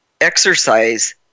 exercise